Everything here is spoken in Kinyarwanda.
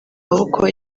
maboko